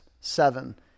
seven